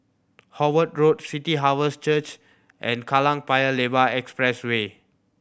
Howard Road City Harvest Church and Kallang Paya Lebar Expressway